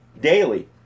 daily